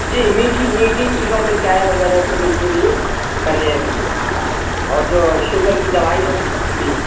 جی میٹھی میٹھی چیزوں سے چائے وغیرہ سے بالکل ہی پرہیز ہاں اور جو شوگر کی دوائی ہوتی جی